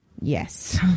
Yes